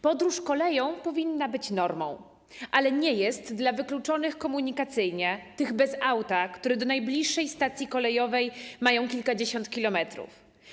Podróż koleją powinna być normą, ale nie jest normą dla osób wykluczonych komunikacyjnie, dla tych bez auta, którzy do najbliższej stacji kolejowej mają kilkadziesiąt kilometrów.